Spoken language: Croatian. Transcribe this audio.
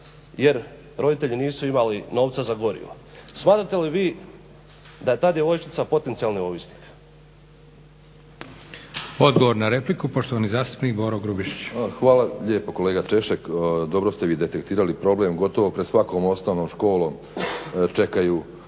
jer roditelji nisu imali novaca za gorivo. Smatrate li vi da je ta djevojčica potencijalni ovisnik? **Leko, Josip (SDP)** Odgovor na repliku, poštovani zastupnik Boro Grubišić. **Grubišić, Boro (HDSSB)** Hvala lijepo kolega Češek. Dobro ste vi detektirali problem, gotovo pred svakom osnovnom školom čekaju